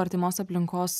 artimos aplinkos